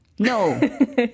No